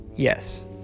yes